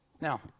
Now